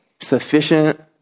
sufficient